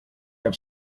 have